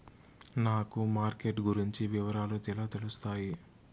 నాకు మార్కెట్ గురించి వివరాలు ఎలా తెలుస్తాయి?